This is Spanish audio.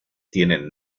tienen